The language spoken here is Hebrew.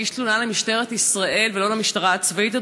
להגיש תלונה למשטרת ישראל ולא למשטרה הצבאית,